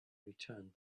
returned